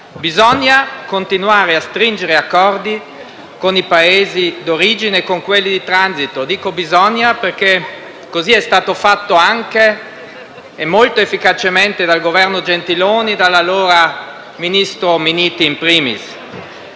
Bisogna continuare a stringere accordi con i Paesi d'origine e con quelli di transito. Dico «bisogna» perché così è stato fatto - anche molto efficacemente - dal Governo Gentiloni Silveri, dall'allora ministro Minniti *in primis.*